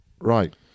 Right